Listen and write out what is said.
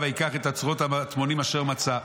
וייקח את אוצרות המטמונים אשר מצא.